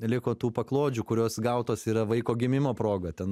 liko tų paklodžių kurios gautos yra vaiko gimimo proga ten